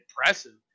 impressive